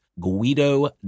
Guido